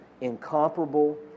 incomparable